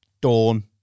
dawn